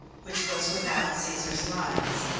which was without caesar's lines,